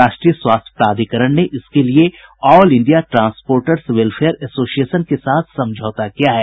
राष्ट्रीय स्वास्थ्य प्राधिकरण ने इसके लिए all India transporters welfare association के साथ समझौता किया है